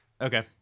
Okay